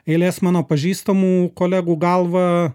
eilės mano pažįstamų kolegų galva